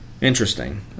interesting